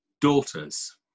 daughters